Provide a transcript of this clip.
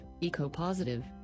eco-positive